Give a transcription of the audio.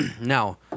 now